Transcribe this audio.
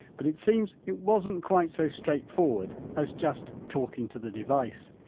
but it seems it wasn't quite so straightforward as just talking to the device.